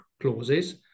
clauses